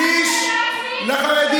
ועכשיו אתם דורשים שזה יעבור אליכם?